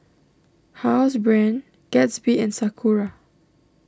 Housebrand Gatsby and Sakura